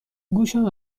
گوشم